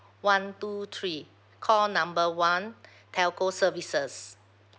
one two three call number one telco services